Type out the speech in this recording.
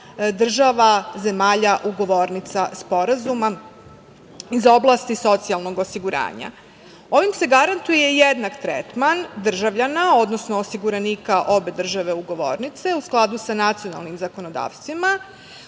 država zemalja ugovornica sporazuma iz oblasti socijalnog osiguranja. Ovim se garantuje jednak tretman državljana, odnosno osiguranika obe države ugovornice, u skladu sa nacionalnim zakonodavstvima,